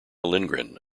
lindgren